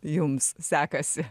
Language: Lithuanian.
jums sekasi